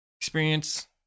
experience